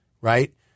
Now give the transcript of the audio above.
right